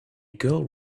girl